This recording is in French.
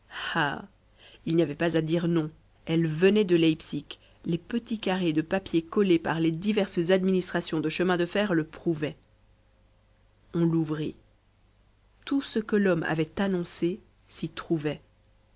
il n'y avait pas à dire non elle venait de leipzig les petits carrés de papier collés par les diverses administrations de chemins de fer le prouvaient on l'ouvrit tout ce que l'homme avait annoncé s'y trouvait